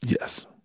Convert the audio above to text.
Yes